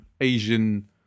Asian